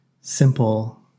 simple